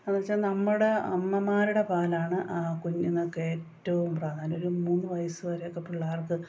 എന്നു വെച്ചാൽ നമ്മുടെ അമ്മമാരുടെ പാലാണ് ആ കുഞ്ഞുങ്ങൾക്ക് ഏറ്റവും പ്രാധാന്യം ഒരു മൂന്നു വയസ്സുവരെ ഒക്കെ പിള്ളേർക്ക്